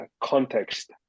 context